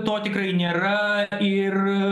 to tikrai nėra ir